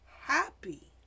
happy